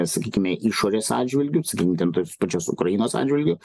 sakykime išorės atžvilgiu sakykim ten tos pačios ukrainos atžvilgiu